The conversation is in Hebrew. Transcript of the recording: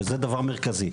וזה דבר מרכזי,